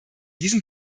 diesem